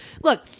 Look